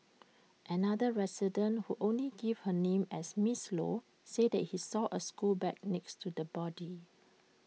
another resident who only gave her name as miss low said she saw A school bag next to the body